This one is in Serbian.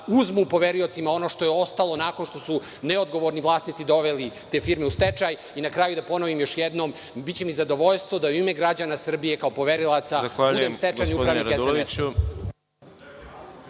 uzmu poveriocima ono što je ostalo nakon što su neodgovorni vlasnici doveli te firme u stečaj. Na kraju biće mi zadovoljstvo da u ime građana Srbije, kao poverilaca, budem stečajni upravnik SNS-a.